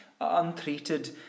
untreated